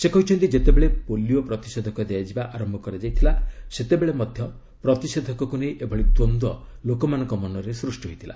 ସେ କହିଛନ୍ତି ଯେତେବେଳେ ପୋଲିଓ ପ୍ରତିଷେଧକ ଦିଆଯିବା ଆରମ୍ଭ କରାଯାଇଥିଲା ସେତେବେଳେ ମଧ୍ୟ ପ୍ରତିଷେଧକକୁ ନେଇ ଏଭଳି ଦ୍ୱନ୍ଦ୍ୱ ଲୋକମାନଙ୍କ ମନରେ ସୃଷ୍ଟି ହୋଇଥିଲା